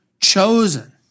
chosen